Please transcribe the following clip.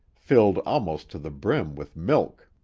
filled almost to the brim with milk.